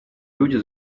люди